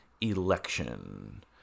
election